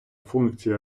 функції